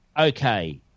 Okay